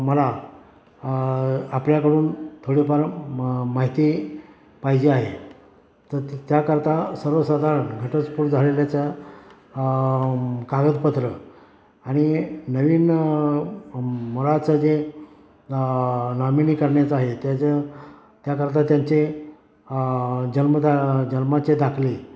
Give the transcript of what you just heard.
मला आपल्याकडून थोडीफार मग माहिती पाहिजे आहे तर तर त्याकरता सर्वसाधारण घटस्फोट झालेल्याचा कागदपत्र आणि नवीन मुळाचं जे नॉमिनी करण्याचं आहे त्याचं त्याकरता त्यांचे जन्मदा जन्माचे दाखले